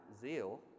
zeal